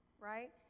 right